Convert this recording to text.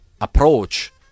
approach